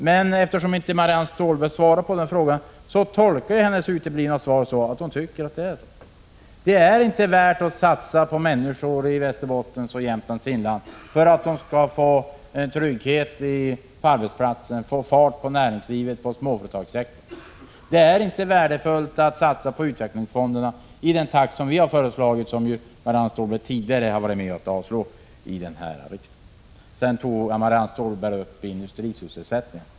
Jag tolkar Marianne Stålbergs underlåtenhet att svara så, att det förhåller sig på det sättet: det är inte värt att satsa på människor i Västerbottens och Jämtlands inland för att dessa skall få en trygghet i arbetet och för att få fart på näringslivet inom småföretagssektorn, och det är inte heller värdefullt att satsa på utvecklingsfonderna i den takt som vi har föreslagit — ett förslag som Marianne Stålberg tidigare under detta riksmöte har varit med om att avslå. Marianne Stålberg tog dessutom upp frågan om industrisysselsättningen.